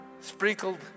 sprinkled